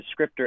descriptor